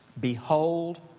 Behold